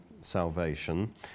salvation